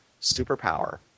superpower